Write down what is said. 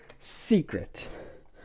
secret